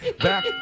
Back